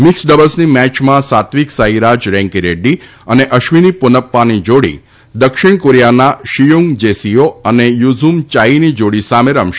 mix ડબલ્સની મેચમાં સાત્વિક સાંઈરાજ રેન્કીરેડ્ડી અને અશ્વિની પોનપ્પાની જોડી દક્ષિણ કોરિયાના શિયુન્ગ જેસીઓ અને યુઝુમ ચાઈની જોડી સામે રમશે